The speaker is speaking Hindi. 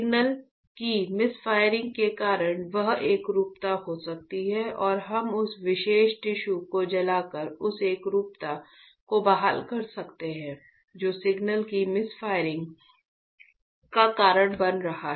सिग्नल की मिसफायरिंग के कारण वह एकरूपता खो जाती है और हम उस विशेष टिश्यू को जलाकर उस एकरूपता को बहाल कर सकते हैं जो सिग्नल की मिसफायरिंग का कारण बन रहा है